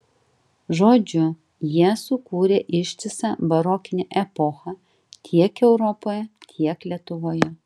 žodžiu jie sukūrė ištisą barokinę epochą tiek europoje tiek lietuvoje